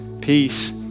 peace